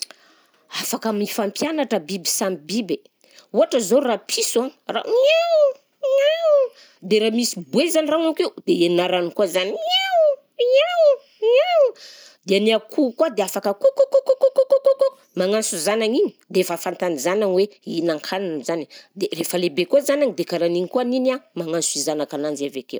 Afaka mifampianatra biby samy biby, ohatra zao rapiso a, ra- miaoo, miaoo, dia raha misy boeza an-dragno akeo dia ianarany koa zany miaoo, miaoo, miaoo, de ny akoho koa dia afaka kokokokokokokokoko magnanso zagnany igny de efa fantany zagnany hoe hihinan-kanina zany dia rehefa lehibe koa zagnany de karahan'igny koa n'igny a magnanso zanakananjy avy akeo.